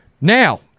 Now